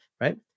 right